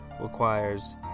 requires